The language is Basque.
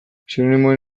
sinonimoen